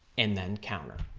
and then counter.